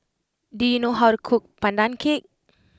do you know how to cook Pandan Cake